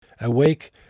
awake